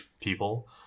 people